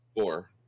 Four